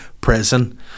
prison